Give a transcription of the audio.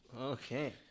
Okay